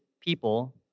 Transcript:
people